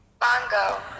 Bongo